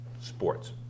sports